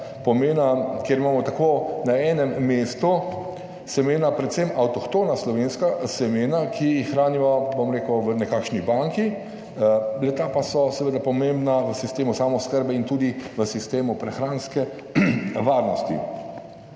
pomena, ker imamo tako na enem mestu semena, predvsem avtohtona slovenska semena, ki jih hranimo, bom rekel, v nekakšni banki, le ta pa so seveda pomembna v sistemu samooskrbe in tudi v sistemu prehranske varnosti.